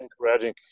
encouraging